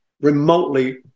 remotely